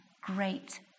great